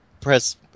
press